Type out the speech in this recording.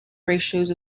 ratios